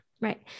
Right